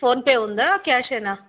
PhonePe ఉందా క్యాషేనా